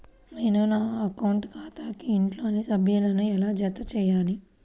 నేను నా అకౌంట్ ఖాతాకు ఇంట్లోని సభ్యులను ఎలా జతచేయాలి?